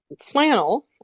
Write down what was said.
flannel